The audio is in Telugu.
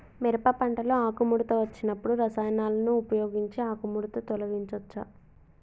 మిరప పంటలో ఆకుముడత వచ్చినప్పుడు రసాయనాలను ఉపయోగించి ఆకుముడత తొలగించచ్చా?